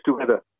together